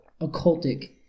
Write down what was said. occultic